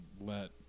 let